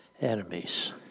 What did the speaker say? enemies